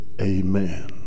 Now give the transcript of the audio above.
amen